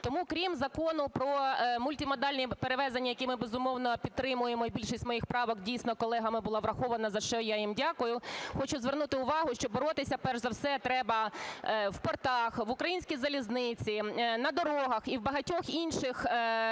Тому крім Закону про мультимодальні перевезення, які ми, безумовно, підтримуємо і більшість моїх правок дійсно колегами були враховані, за що я їм дякую, хочу звернути увагу, що боротися перш за все треба в портах, в Українській залізниці, на дорогах і в багатьох інших державних